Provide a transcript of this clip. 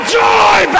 joy